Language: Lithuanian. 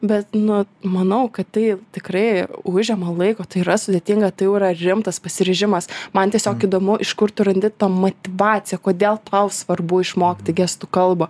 bet nu manau kad tai tikrai užima laiko tai yra sudėtinga tai jau yra rimtas pasiryžimas man tiesiog įdomu iš kur tu randi tą motyvaciją kodėl tau svarbu išmokti gestų kalbą